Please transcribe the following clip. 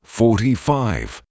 forty-five